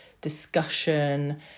discussion